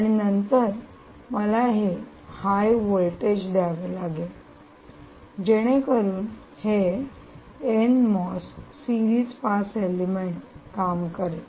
आणि नंतर मला हे हाय व्होल्टेज द्यावे लागेल जेणेकरून हे N MOS series pass element काम करेल